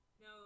No